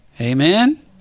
Amen